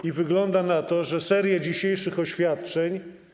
I wygląda na to, że serię dzisiejszych oświadczeń.